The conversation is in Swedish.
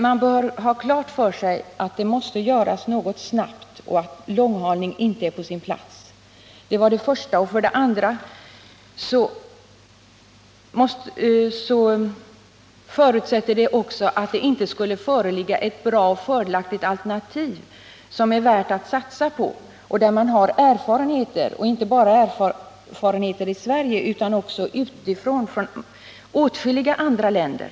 Man bör ha klart för sig att det måste göras något snabbt och att långhalning inte är på sin plats. För det andra förutsätts att det inte skulle föreligga något fördelaktigt alternativ som är värt att satsa på och som det finns erfarenheter av inte bara från Sverige utan också från åtskilliga andra länder.